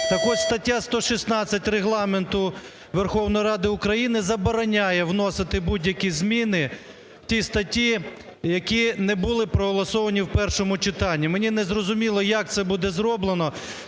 Так ось, стаття 116 Регламенту Верховної Ради України забороняє вносити будь-які зміни в ті статті, які не були проголосовані в першому читанні. Мені незрозуміло, як це буде зроблено?